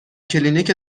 کلینیک